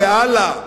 לאללה,